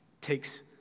Takes